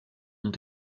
ont